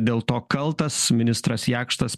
dėl to kaltas ministras jakštas